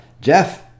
Jeff